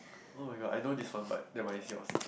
oh-my-god I know this one but never mind it's yours